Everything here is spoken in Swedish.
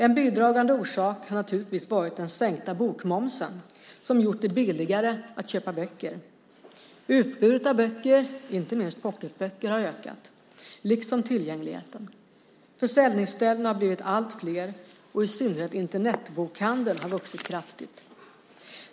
En bidragande orsak har naturligtvis varit den sänkta bokmomsen som gjort det billigare att köpa böcker. Utbudet av böcker - inte minst pocketböcker - har ökat, liksom tillgängligheten. Försäljningsställena har blivit allt fler och i synnerhet Internetbokhandeln har vuxit kraftigt.